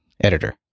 editor